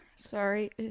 Sorry